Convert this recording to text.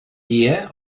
dia